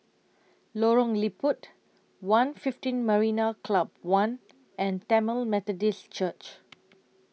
Lorong Liput one fifteen Marina Club one and Tamil Methodist Church